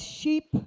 sheep